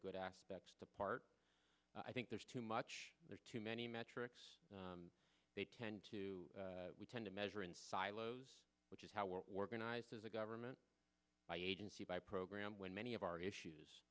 good aspects the part i think there's too much there are too many metrics they tend to we tend to measure in silos which is how we're organized as a government agency by program when many of our issues